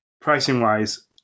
pricing-wise